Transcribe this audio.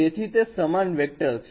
તેથી તે સમાન વેક્ટર છે